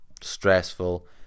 stressful